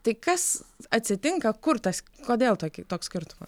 tai kas atsitinka kur tas kodėl tokį toks skirtuma